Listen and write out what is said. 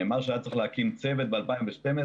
נאמר שהיה צריך להקים צוות ב-2012,